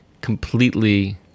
completely